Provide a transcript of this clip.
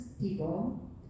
people